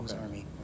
army